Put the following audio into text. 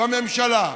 בממשלה,